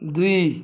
ଦୁଇ